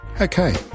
Okay